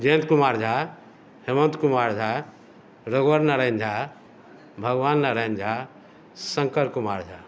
जयन्त कुमार झा हेमन्त कुमार झा रघुवर नारायण झा भगवान नारायण झा शङ्कर कुमार झा